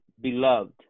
beloved